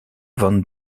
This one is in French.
van